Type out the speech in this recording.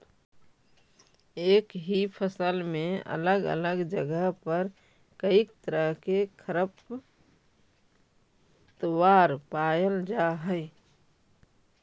एक ही फसल में अलग अलग जगह पर कईक तरह के खरपतवार पायल जा हई